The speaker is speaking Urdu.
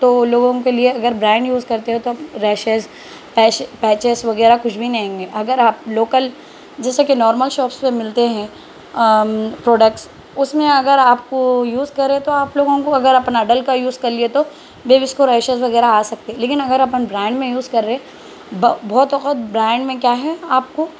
تو ان لوگوں کے لیے اگر برینڈ یوز کرتے ہو تو ریشز پیش پیچز وغیرہ کچھ بھی نہیں گے اگر آپ لوکل جیسا کہ نورمل شوپش پہ ملتے ہیں پروڈکس اس میں اگر آپ کو یوز کرے تو آپ لوگوں کو اگر اپنا ڈل کا یوز کر لیے تو بیبیز کو ریشز وغیرہ آ سکتے لیکن اگر اپن برانڈ میں یوز کر رے بہت کو برانڈ میں کیا ہے آپ کو